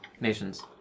nations